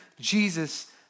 Jesus